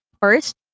First